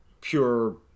pure